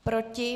Proti?